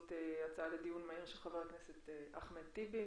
בעקבות הצעה לדיון מהיר של חבר הכנסת אחמד טיבי,